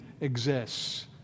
exists